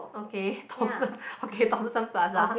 okay Thompson okay Thompson Plaza